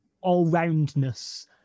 all-roundness